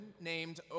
named